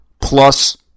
Plus